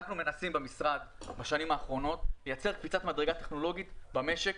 במשרד מנסים בשנים האחרונות לייצר קפיצת מדרגה טכנולוגית במשק